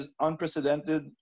unprecedented